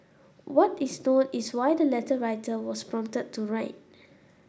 what is known is why the letter writer was prompted to write